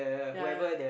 ya ya